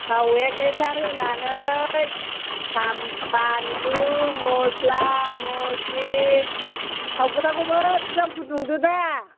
थाव एक लिटार होनानै बानलु मस्ला मस्लि थाव गोथांखौ मोजां फुदुंदोदा